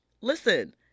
listen